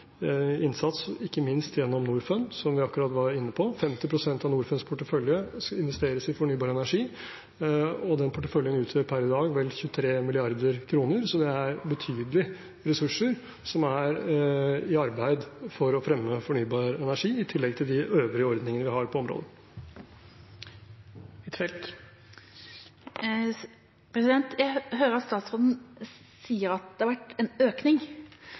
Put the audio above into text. innsats, ikke minst gjennom Norfund, som jeg akkurat var inne på. 50 pst. av Norfunds portefølje investeres i fornybar energi, og den porteføljen utgjør per i dag vel 23 mrd. kr. Så det er betydelige ressurser som er i arbeid for å fremme fornybar energi, i tillegg til de øvrige ordningene vi har på området. Jeg hører at statsråden sier at det har vært en økning.